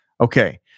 Okay